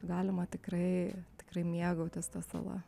galima tikrai tikrai mėgautis ta sala